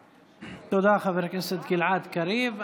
תודה, חבר הכנסת גלעד קריב.